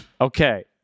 Okay